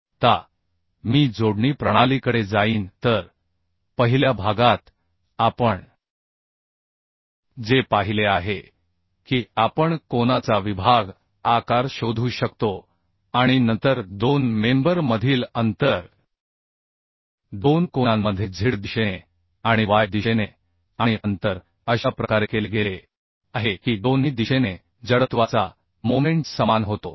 आता मी जोडणी प्रणालीकडे जाईन तर पहिल्या भागात आपण जे पाहिले आहे की आपण कोनाचा विभाग आकार शोधू शकतो आणि नंतर दोन मेंबर मधील अंतर दोन कोनांमध्ये z दिशेने आणि y दिशेने आणि अंतर अशा प्रकारे केले गेले आहे की दोन्ही दिशेने जडत्वाचा मोमेंट समान होतो